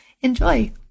Enjoy